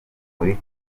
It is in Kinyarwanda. muri